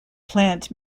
plant